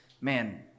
man